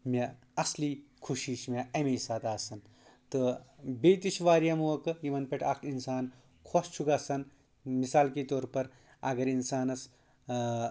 مےٚ اَصلی خوشی چھِ مےٚ امے ساتہٕ آسَان تہٕ بیٚیہِ تہِ چھِ واریاہ موقعہٕ یِمَن پؠٹھ اکھ اِنسان خۄش چھُ گژھَان مِثال کے طور پَر اگر اِنسانَس